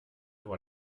war